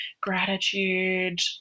gratitude